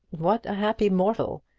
what a happy mortal!